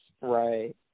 Right